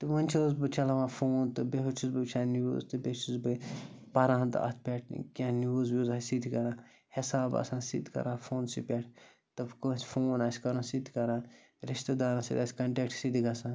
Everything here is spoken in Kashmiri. تہٕ وٕنۍ چھِ حظ بہٕ چَلاوان فون تہٕ بیٚیہِ حظ چھُس بہٕ وٕچھان نِوٕز تہٕ بیٚیہِ چھُس بہٕ پَران تہٕ اَتھ پٮ۪ٹھ کیٚنٛہہ نِوٕز وِوٕز آسہِ سُہ تہِ کَران حساب آسان سُہ تہِ کَران فونسٕے پٮ۪ٹھ تہٕ کٲنٛسہِ فون آسہِ کَرُن سُہ تہِ کَران رِشتہٕ دارَن سۭتۍ آسہِ کَنٹیکٹ سُہ تہِ گژھان